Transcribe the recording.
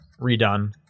redone